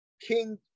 King